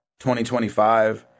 2025